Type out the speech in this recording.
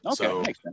Okay